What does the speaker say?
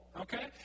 Okay